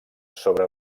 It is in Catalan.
sobre